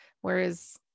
Whereas